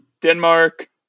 Denmark